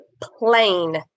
plain